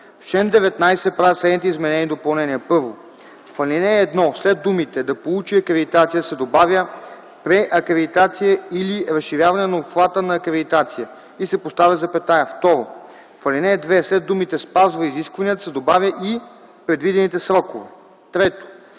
В чл. 19 се правят следните изменения и допълнения: 1. В ал. 1 след думите „да получи акредитация” се добавя „преакредитация или разширяване на обхвата на акредитация” и се поставя запетая. 2. В ал. 2 след думите „спазва изискванията” се добавя „и предвидените срокове”. 3.